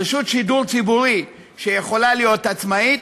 רשות שידור ציבורי שיכולה להיות עצמאית